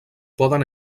poden